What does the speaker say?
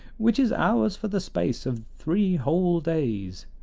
which is ours for the space of three whole days.